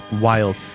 wild